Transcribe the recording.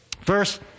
First